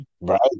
Right